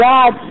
God